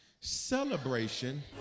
celebration